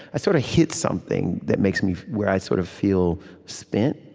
i sort of hit something that makes me where i sort of feel spent.